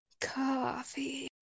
coffee